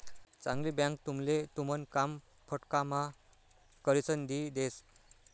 चांगली बँक तुमले तुमन काम फटकाम्हा करिसन दी देस